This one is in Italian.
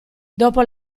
dopo